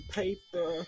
paper